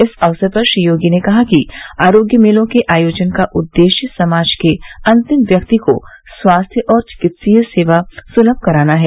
इस अवसर पर श्री योगी ने कहा कि आरोग्य मेलों के आयोजन का उद्देश्य समाज के अंतिम व्यक्ति को स्वास्थ्य और चिकित्सीय सेवा सुलभ कराना है